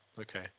okay